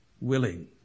willing